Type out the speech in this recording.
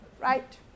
right